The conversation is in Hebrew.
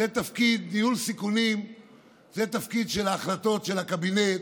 ניהול סיכונים זה התפקיד של החלטות הקבינט,